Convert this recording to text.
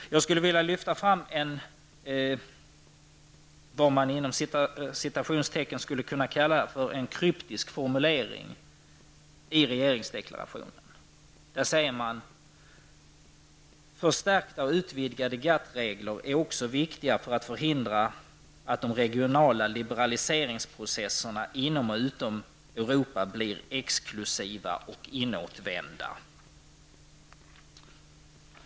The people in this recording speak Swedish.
Jag skulle vilja lyfta fram en något kryptisk formulering i regeringsdeklarationen: ''Förstärkta och utvidgade GATT-regler är också viktiga för att förhindra att de regionala liberaliseringsprocesserna inom och utom Europa blir exklusiva och inåtvända.''